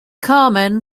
carmen